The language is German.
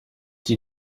die